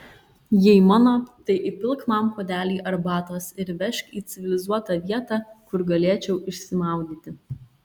jei mano tai įpilk man puodelį arbatos ir vežk į civilizuotą vietą kur galėčiau išsimaudyti